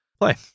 Play